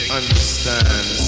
understand